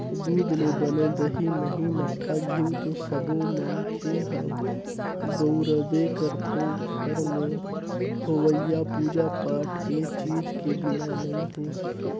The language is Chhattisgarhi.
दूद ले बने दही, मही, मठा, घींव तो सब्बो मनखे ह बउरबे करथे, घर में होवईया पूजा पाठ ए चीज के बिना नइ हो सके